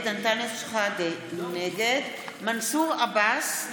נגד מנסור עבאס,